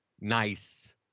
nice